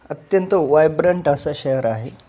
अत्यंत वायब्रंट असं शहर आहे